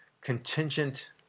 contingent